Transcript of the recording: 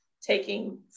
taking